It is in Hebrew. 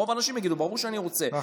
רוב האנשים יגידו: ברור שאני רוצה.